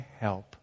help